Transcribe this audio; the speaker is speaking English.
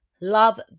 love